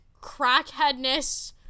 crackheadness